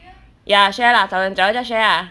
ya share lah 找人找人家 share lah